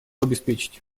обеспечить